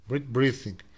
Breathing